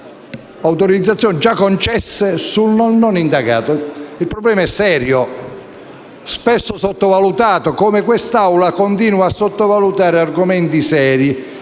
autorizzazioni, già concesse, su un non indagato. Il problema è serio e, spesso, sottovalutato. Quest'Aula continua a sottovalutare argomenti seri.